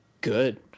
Good